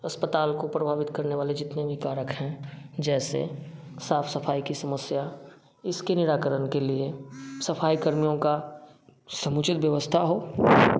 अस्पताल को प्रभावित करने वाले जितने भी कारक हैं जैसे साफ सफाई की समस्या इसकी निराकरण के लिए सफाई कर्मियों का समुचित व्यवस्था हो